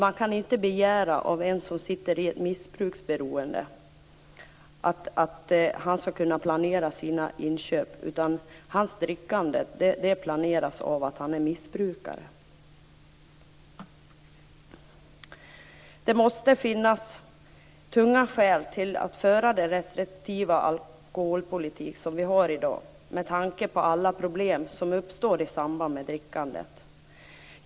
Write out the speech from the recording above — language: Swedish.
Man kan inte begära att den som sitter i ett missbruksberoende skall kunna planera sina inköp. Drickandet planeras av missbruket. Det måste finnas tunga skäl till att föra den restriktiva alkoholpolitik vi har i dag, med tanke på alla problem som uppstår i samband med drickandet.